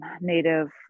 native